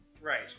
Right